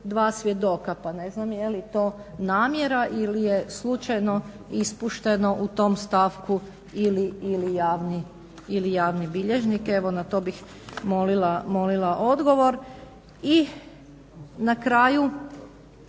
dva svjedoka pa ne znam jeli to namjera ili je to slučajno ispušteno u tom stavku ili javni bilježnik. Evo na to bih molila odgovor. I na kraju